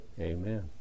Amen